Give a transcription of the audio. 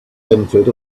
entered